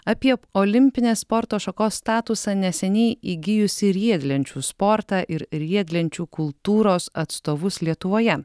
apie olimpinės sporto šakos statusą neseniai įgijusį riedlenčių sportą ir riedlenčių kultūros atstovus lietuvoje